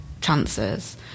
chances